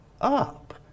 up